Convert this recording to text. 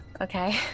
Okay